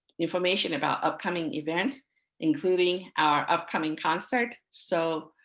information about upcoming events including our upcoming concert. so